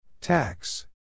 Tax